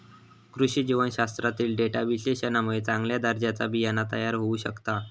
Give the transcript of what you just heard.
कृषी जीवशास्त्रातील डेटा विश्लेषणामुळे चांगल्या दर्जाचा बियाणा तयार होऊ शकता